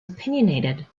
opinionated